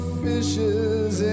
fishes